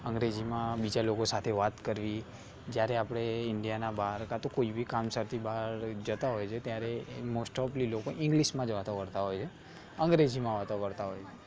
અંગ્રેજીમાં બીજા લોકો સાથે વાત કરવી જ્યારે આપણે ઇન્ડિયાની બહાર કાં તો કોઇ બી કામ સાથે બહાર જતા હોય છે ત્યારે મોસ્ટ ઓફલી લોકો ઇંગ્લિશમાં જ વાતો કરતા હોય છે અંગ્રેજીમાં વાતો કરતા હોય છે